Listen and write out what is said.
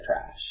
trash